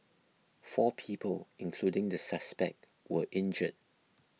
four people including the suspect were injured